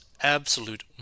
absolute